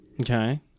Okay